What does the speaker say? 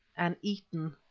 and eaten!